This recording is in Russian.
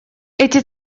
эти